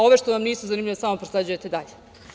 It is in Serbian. Ove što vam nisu zanimljive, samo prosleđujete dalje.